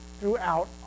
throughout